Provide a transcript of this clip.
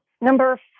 number